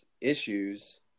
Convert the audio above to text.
issues